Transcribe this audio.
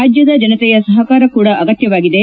ರಾಜ್ನದ ಜನತೆಯ ಸಹಕಾರ ಕೂಡಾ ಅಗತ್ತವಾಗಿದೆ